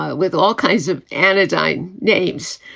with all kinds of anodyne names,